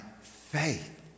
faith